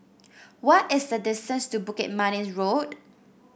what is the distance to Bukit Manis Road